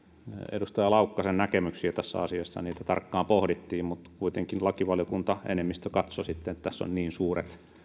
edustaja laukkasen näkemyksiä tässä asiassa niitä tarkkaan pohdittiin mutta kuitenkin lakivaliokunnan enemmistö katsoi sitten että tässä on niin suuret